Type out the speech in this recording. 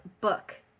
book